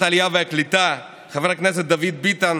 העלייה והקליטה חבר הכנסת דוד ביטן,